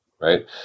right